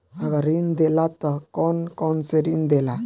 अगर ऋण देला त कौन कौन से ऋण देला?